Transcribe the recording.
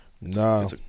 No